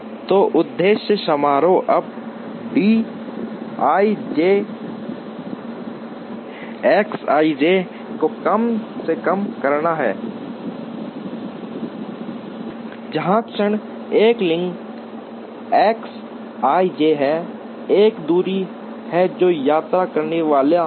तो उद्देश्य समारोह अब dij X ij को कम से कम करना है जहां क्षण एक लिंक X ij है एक दूरी है जो यात्रा करने वाली है